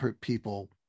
people